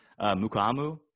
Mukamu